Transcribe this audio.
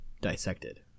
dissected